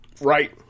right